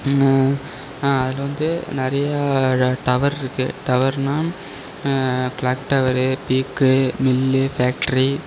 ஆ அதில் வந்து நிறைய டவர் இருக்குது டவர்னால் க்ளாக் டவரு பீக்கு மில்லு ஃபேக்ட்ரி